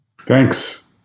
Thanks